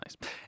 nice